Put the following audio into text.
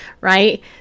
right